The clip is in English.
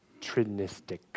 trinistic